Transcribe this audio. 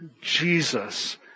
Jesus